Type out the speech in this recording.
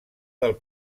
del